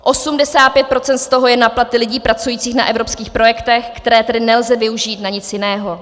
85 % z toho je na platy lidí pracujících na evropských projektech, které tedy nelze využít na nic jiného.